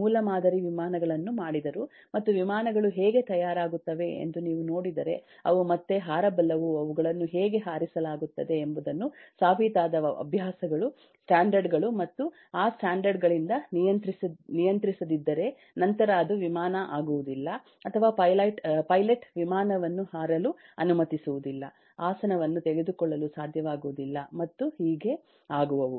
ಮೂಲಮಾದರಿ ವಿಮಾನಗಳನ್ನು ಮಾಡಿದರು ಮತ್ತು ವಿಮಾನಗಳು ಹೇಗೆ ತಯಾರಾಗುತ್ತವೆ ಎಂದು ನೀವು ನೋಡಿದರೆ ಅವು ಮತ್ತೆ ಹಾರಬಲ್ಲವು ಅವುಗಳನ್ನು ಹೇಗೆ ಹಾರಿಸಲಾಗುತ್ತದೆ ಎಂಬುದನ್ನು ಸಾಬೀತಾದ ಅಭ್ಯಾಸಗಳು ಸ್ಟ್ಯಾಂಡರ್ಡ್ ಗಳು ಮತ್ತು ಆ ಸ್ಟ್ಯಾಂಡರ್ಡ್ ಗಳಿಂದ ನಿಯಂತ್ರಿಸದಿದ್ದರೆ ನಂತರ ಅದು ವಿಮಾನ ಆಗುವುದಿಲ್ಲ ಅಥವಾ ಪೈಲಟ್ ವಿಮಾನವನ್ನು ಹಾರಲು ಅನುಮತಿಸುವುದಿಲ್ಲ ಆಸನವನ್ನು ತೆಗೆದುಕೊಳ್ಳಲು ಸಾಧ್ಯವಾಗುವುದಿಲ್ಲ ಮತ್ತು ಹೀಗೆ ಆಗುವವು